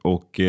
Och